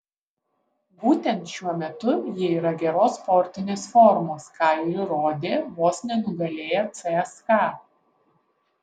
būtent šiuo metu jie yra geros sportinės formos ką ir įrodė vos nenugalėję cska